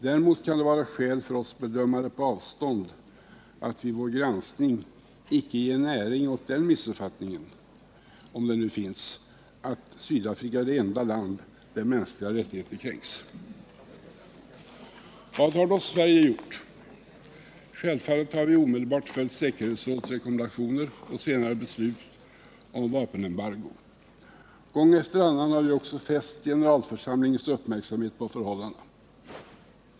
Däremot kan det vara skäl för oss bedömare på avstånd att vid vår granskning icke ge näring åt den missuppfattningen, om den nu finns, att Sydafrika är det enda land där mänskliga rättigheter kränks. Vad har då Sverige gjort? Självfallet har vi omedelbart följt säkerhetsrådets rekommendationer och senare beslut i frågan om vapenembargot. Gång efter annan har vi också fäst generalförsamlingens uppmärksamhet på förhållandena.